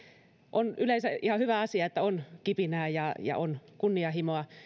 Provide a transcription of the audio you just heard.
on yleensä ihan hyvä asia että on kipinää ja ja on kunnianhimoa